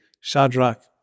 Shadrach